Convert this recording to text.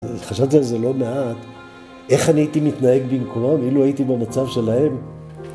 חשבתי על זה לא מעט, איך אני הייתי מתנהג במקומם, אילו הייתי במצב שלהם